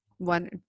One